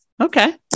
Okay